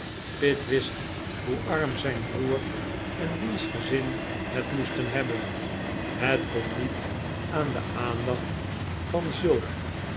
pitt wist hoe arm zijn broer en diens gezin het'moesten hebben het kon niet aan de aandacht van zulk